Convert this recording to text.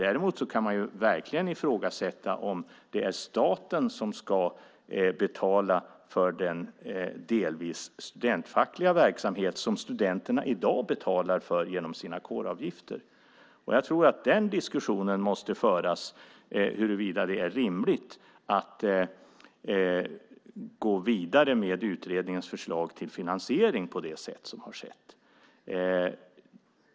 Däremot kan man verkligen ifrågasätta om det är staten som ska betala för den delvis studentfackliga verksamhet som studenterna i dag betalar för genom sina kåravgifter. Jag tror att diskussionen måste föras huruvida det är rimligt att gå vidare med utredningens förslag till finansiering på det sätt som har skett.